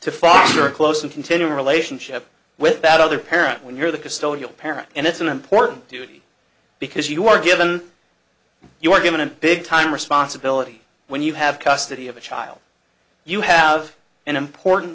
to foster a close and continuing relationship with that other parent when you're the custodial parent and it's an important duty because you are given your argument big time responsibility when you have custody of a child you have an important